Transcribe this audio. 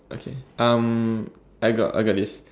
okay um I got I got this